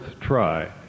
try